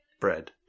bread